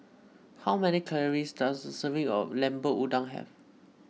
how many calories does a serving of Lemper Udang have